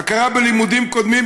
להכרה בלימודים קודמים,